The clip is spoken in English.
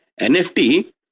NFT